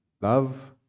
love